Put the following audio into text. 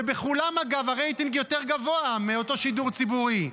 שבכולם אגב הרייטינג יותר גבוה מאותו שידור ציבורי,